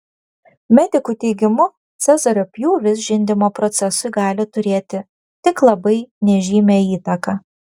medikų teigimu cezario pjūvis žindymo procesui gali turėti tik labai nežymią įtaką